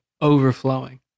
overflowing